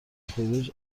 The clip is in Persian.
خروج